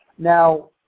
Now